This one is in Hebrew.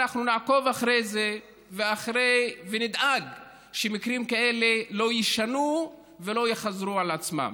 ואנחנו נעקוב אחרי זה ונדאג שמקרים כאלה לא יישנו ולא יחזרו על עצמם.